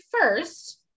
first